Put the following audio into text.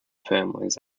families